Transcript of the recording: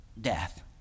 death